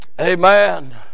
Amen